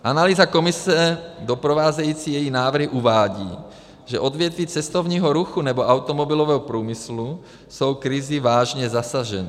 Analýza Komise doprovázející její návrhy uvádí, že odvětví cestovního ruchu nebo automobilového průmyslu jsou krizí vážně zasažena.